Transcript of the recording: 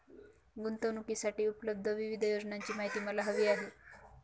गुंतवणूकीसाठी उपलब्ध विविध योजनांची माहिती मला हवी आहे